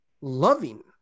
loving